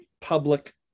public